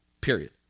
Period